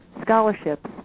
scholarships